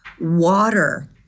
water